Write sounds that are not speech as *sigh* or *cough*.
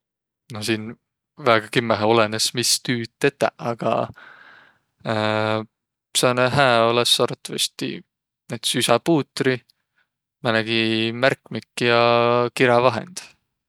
No siin väega kimmähe olõnõs, mis tüüd tetäq, aga *hesitation* sääne hää olõs arvatavastõ näütüses üsäpuutri, määnegi märkmik ja kirävahend.